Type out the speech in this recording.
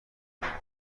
احمق